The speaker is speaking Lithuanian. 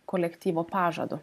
kolektyvo pažadu